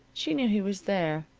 she knew he was there.